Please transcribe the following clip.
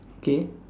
K